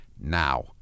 now